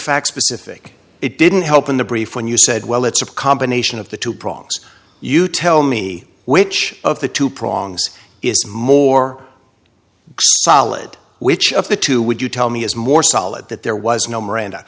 facts specific it didn't help in the brief when you said well it's a combination of the two prongs you tell me which of the two prongs is more solid which of the two would you tell me is more solid that there was no miranda